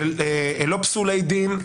לא פסולי דין,